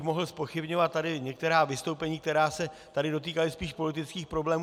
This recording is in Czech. Mohl bych tady zpochybňovat některá vystoupení, která se tady dotýkala spíš politických problémů.